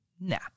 nah